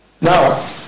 Now